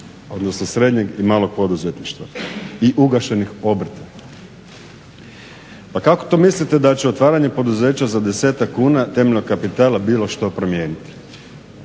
odnosno srednjeg i malog poduzetništva i ugašenih obrta. Pa kako to mislite da će otvaranjem poduzeća za desetak kuna temeljnog kapitala bilo što promijeniti?